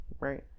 Right